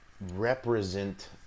represent